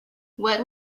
what